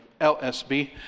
LSB